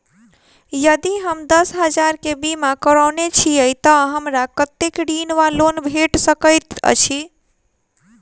यदि हम दस हजार केँ बीमा करौने छीयै तऽ हमरा कत्तेक ऋण वा लोन भेट सकैत अछि?